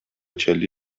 چلی